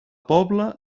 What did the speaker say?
pobla